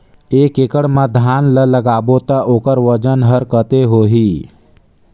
एक एकड़ मा धान ला लगाबो ता ओकर वजन हर कते होही?